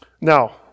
Now